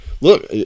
Look